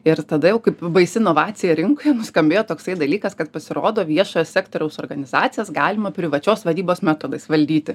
ir tada jau kaip baisi inovacija rinkoje nuskambėjo toksai dalykas kad pasirodo viešojo sektoriaus organizacijas galima privačios vadybos metodais valdyti